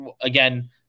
again